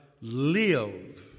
live